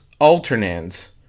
alternans